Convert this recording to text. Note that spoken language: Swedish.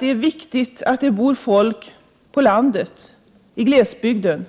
viktigt att det bor folk på landet, i glesbygden.